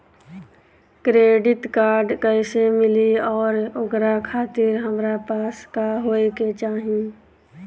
Credit card कैसे मिली और ओकरा खातिर हमरा पास का होए के चाहि?